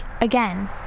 Again